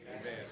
Amen